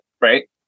Right